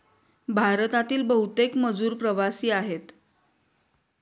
भारतातील बहुतेक मजूर प्रवासी आहेत